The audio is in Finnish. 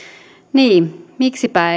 niin miksipä